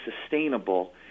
sustainable